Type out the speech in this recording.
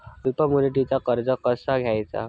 अल्प मुदतीचा कर्ज कसा घ्यायचा?